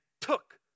took